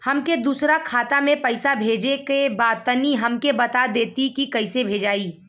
हमके दूसरा खाता में पैसा भेजे के बा तनि हमके बता देती की कइसे भेजाई?